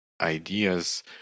ideas